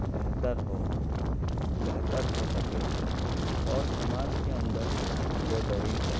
بہتر ہو بہتر ہو سکے اور سماج کے اندر بہتری ہو